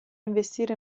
investire